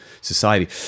society